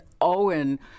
Owen